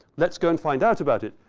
let's go and find out about it.